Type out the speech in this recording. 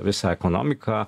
visą ekonomiką